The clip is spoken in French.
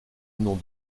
nom